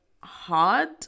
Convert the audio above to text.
hard